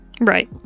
Right